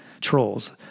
trolls